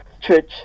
church